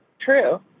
true